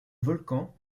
volcan